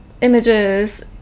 images